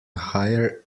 hire